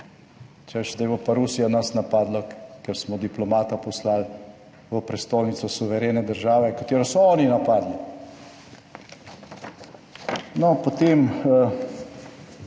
češ, zdaj bo pa Rusija nas napadla, ker smo diplomata poslali v prestolnico suverene države, katero so oni napadli. No, potem